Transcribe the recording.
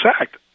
act